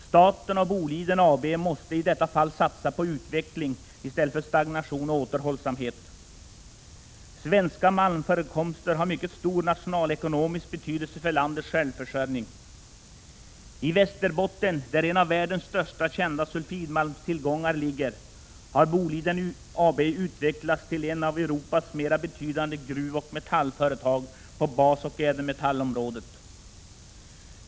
Staten och Boliden AB måste i detta fall satsa på utveckling, i stället för på stagnation och återhållsamhet. Svenska malmförekomster har mycket stor nationalekonomisk betydelse för landets självförsörjning. I Västerbotten, där en av världens största kända sulfidmalmstillgångar ligger, har Boliden AB utvecklats till ett av Europas mera betydande gruvoch metallföretag på basoch ädelmetallområdet.